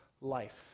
life